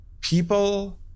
people